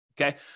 okay